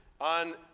on